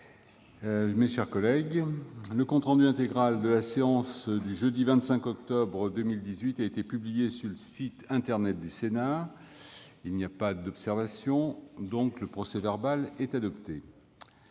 est ouverte. Le compte rendu intégral de la séance du jeudi 25 octobre 2018 a été publié sur le site internet du Sénat. Il n'y a pas d'observation ?... Le procès-verbal est adopté.